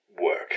work